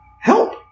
help